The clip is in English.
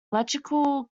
electrical